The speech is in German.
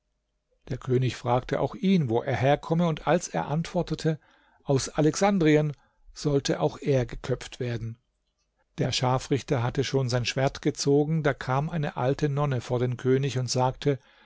der könig fragte auch ihn wo er herkomme und als er antwortete aus alexandrien sollte auch er geköpft werden der scharfrichter hatte schon sein schwert gezogen da kam eine alte nonne vor den könig und sagte